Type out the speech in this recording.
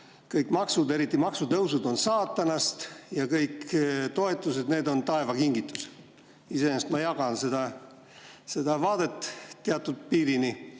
kõik maksud, eriti maksutõusud, saatanast ja kõik toetused on taeva kingitus. Iseenesest ma jagan seda vaadet teatud piirini,